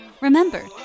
Remember